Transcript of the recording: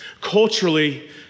Culturally